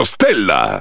Stella